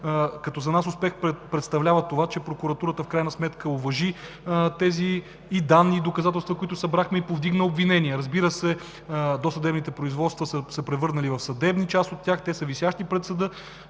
като за нас успех представлява това, че прокуратурата в крайна сметка уважи тези данни и доказателства, които събрахме, и повдигна обвинения. Разбира се, част от досъдебните производства са се превърнали в съдебни. Те са висящи пред съда,